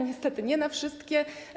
Niestety nie na wszystkie.